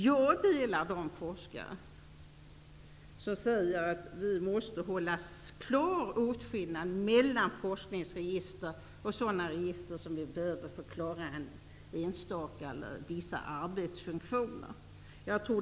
Jag delar den uppfattning som de forskare har som säger att vi måste göra en klar åtskillnad mellan forskningsregister och sådana register som vi behöver för att klara av en enstaka uppgift eller vissa arbetsfunktioner.